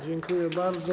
Dziękuję bardzo.